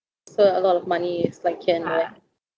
so a lot of money it's like here and there